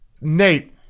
Nate